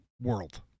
world